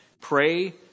pray